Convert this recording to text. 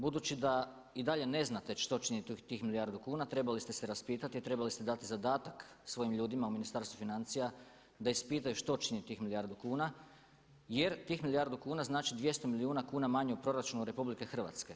Budući da i dalje ne znate što … tih milijardu kuna trebali ste se raspitati i trebali ste dati zadatak svojim ljudima u Ministarstvu financija da ispitaju što … tih milijardu kuna jer tih milijardu kuna znači 200 milijuna kuna manje u proračunu RH.